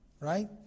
right